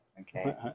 Okay